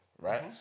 Right